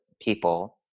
people